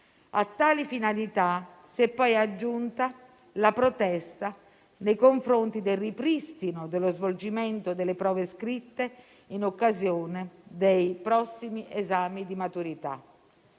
A tali finalità si è poi aggiunta la protesta nei confronti del ripristino dello svolgimento delle prove scritte in occasione dei prossimi esami di maturità.